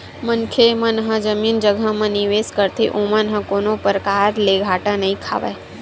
मनखे मन ह जमीन जघा म निवेस करथे ओमन ह कोनो परकार ले घाटा नइ खावय